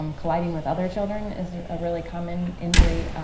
um colliding with other children is a really common injury.